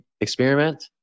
experiment